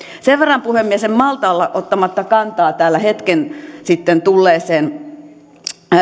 puhemies en malta olla ottamatta kantaa täällä hetki sitten tulleeseen